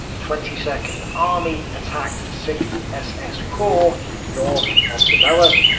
twenty second army attacked sixth ss corps north of dobele, ah